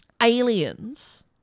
aliens